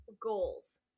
goals